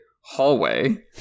hallway